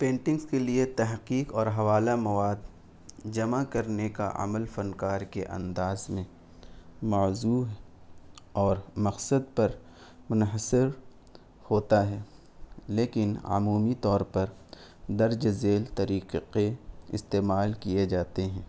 paintings کے لیے تحقیق اور حوالہ مواد جمع کرنے کا عمل فنکار کے انداز میں موضوع اور مقصد پر منحصر ہوتا ہے لیکن عمومی طور پر درج ذیل طریقے استعمال کیے جاتے ہیں